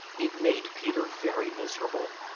it made peter very miserable,